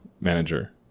manager